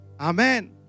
Amen